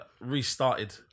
restarted